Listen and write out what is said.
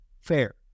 fair